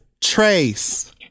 Trace